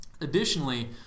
Additionally